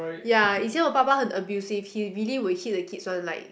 ya 以前我爸爸很 abusive he really will hit the kids one like